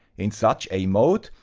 in such a mode,